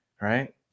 Right